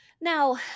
Now